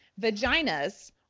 vaginas